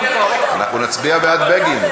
אנחנו נצביע בעד בגין.